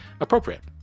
appropriate